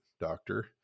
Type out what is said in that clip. doctor